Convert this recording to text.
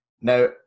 now